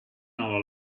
hour